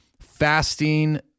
fasting